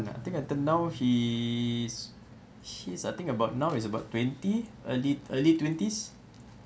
ah I think until now he's he's I think about now is about twenty early early twenties